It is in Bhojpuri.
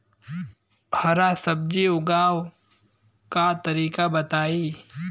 हरा सब्जी उगाव का तरीका बताई?